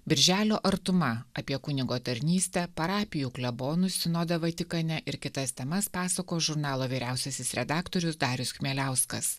birželio artuma apie kunigo tarnystę parapijų klebonų sinodą vatikane ir kitas temas pasakos žurnalo vyriausiasis redaktorius darius chmieliauskas